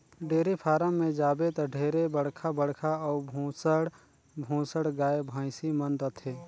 dairy farm में जाबे त ढेरे बड़खा बड़खा अउ भुसंड भुसंड गाय, भइसी मन रथे